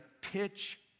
pitch